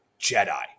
Jedi